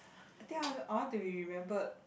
I think I want I want to be remembered